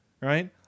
right